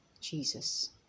Jesus